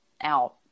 out